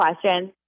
questions